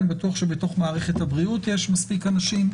אני בטוח שבתוך מערכת הבריאות יש מספיק אנשים,